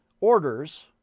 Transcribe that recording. orders